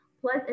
plus